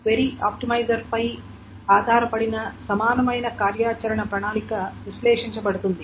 query optimiser పై ఆధారపడిన సమానమైన కార్యాచరణ ప్రణాళిక విశ్లేషించబడుతుంది